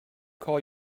call